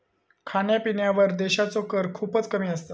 खाण्यापिण्यावर देशाचो कर खूपच कमी असता